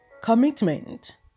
Commitment